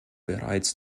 bereits